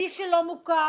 מי שלא מוכר